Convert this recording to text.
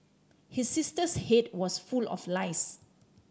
his sister's head was full of lice